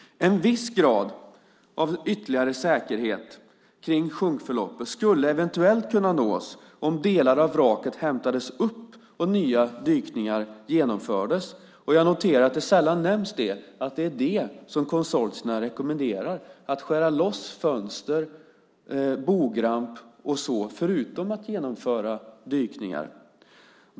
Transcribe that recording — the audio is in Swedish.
En viss grad av ytterligare säkerhet när det gäller sjunkförloppet skulle eventuellt kunna nås om delar av vraket hämtades upp och nya dykningar genomfördes. Jag noterar att det sällan nämns att det är det som konsortierna rekommenderar, nämligen att förutom att genomföra dykningar skära loss fönster och bogramp.